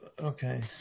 okay